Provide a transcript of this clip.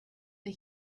the